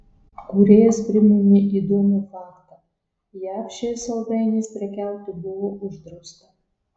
kūrėjas priminė įdomų faktą jav šiais saldainiais prekiauti buvo uždrausta